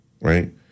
Right